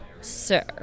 sir